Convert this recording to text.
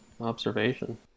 observation